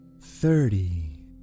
thirty